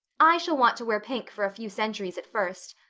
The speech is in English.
i shall want to wear pink for a few centuries at first.